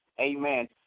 amen